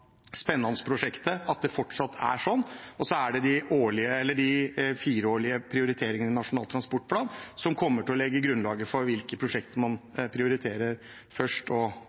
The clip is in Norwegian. spennende prosjektet – at det fortsatt er sånn. De fireårige prioriteringene i Nasjonal transportplan kommer til å legge grunnlaget for hvilke prosjekter man prioriterer først, og